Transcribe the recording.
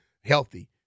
healthy